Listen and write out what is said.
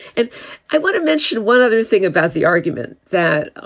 and i want to mention one other thing about the argument that